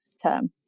term